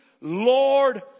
Lord